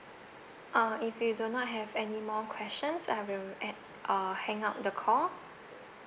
uh if you do not have any more questions I will end uh hang up the call